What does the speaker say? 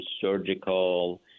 surgical